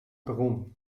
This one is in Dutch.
perron